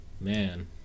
Man